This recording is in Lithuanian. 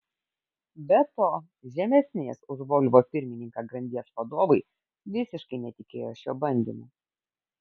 be to žemesnės už volvo pirmininką grandies vadovai visiškai netikėjo šiuo bandymu